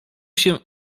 się